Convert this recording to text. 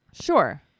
Sure